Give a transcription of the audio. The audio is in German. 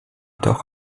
doch